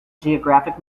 geographic